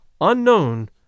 unknown